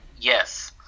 Yes